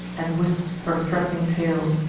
and whisks her threat'ning tail.